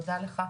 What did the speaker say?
תודה רבה.